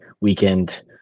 weekend